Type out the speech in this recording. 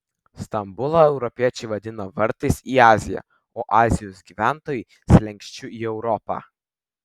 stambulą europiečiai vadina vartais į aziją o azijos gyventojai slenksčiu į europą